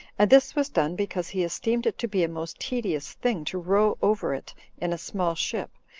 and this was done because he esteemed it to be a most tedious thing to row over it in a small ship,